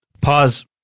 Pause